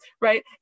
right